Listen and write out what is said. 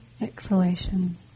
exhalation